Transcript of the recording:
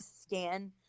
scan